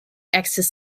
excess